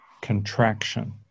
contraction